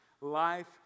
life